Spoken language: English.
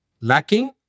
lacking